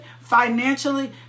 financially